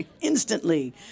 Instantly